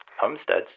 Homesteads